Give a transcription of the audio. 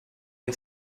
che